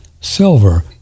silver